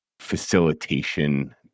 facilitation